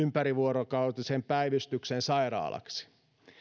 ympärivuorokautisen päivystyksen sairaalaksi